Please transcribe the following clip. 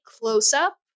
close-up